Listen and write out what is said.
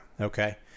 Okay